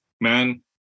man